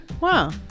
Wow